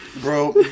Bro